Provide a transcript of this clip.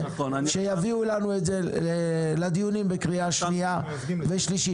שיביאו לנו את זה לדיונים לקראת הקריאה השנייה והשלישית.